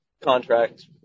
contract